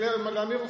לאמיר אוחנה.